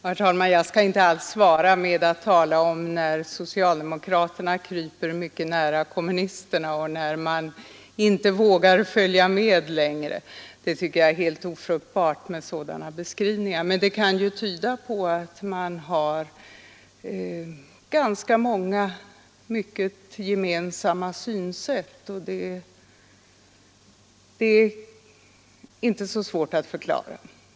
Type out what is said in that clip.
Herr talman! Jag skall inte alls svara med att tala om när socialdemokraterna kryper mycket nära kommunisterna och när man inte vågar följa med längre; jag tycker att det är helt ofruktbart med sådana beskrivningar. Men det här kan ju betyda att man har ganska många gemensamma synsätt, och det är inte så svårt att förklara.